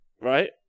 Right